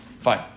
Fine